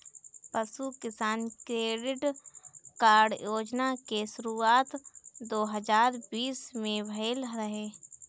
पशु किसान credit card योजना के शुरुआत दू हज़ार बीस में भइल रहे